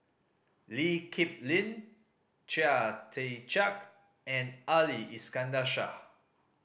Lee Kip Lin Chia Tee Chiak and Ali Iskandar Shah